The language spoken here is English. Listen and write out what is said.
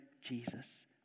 Jesus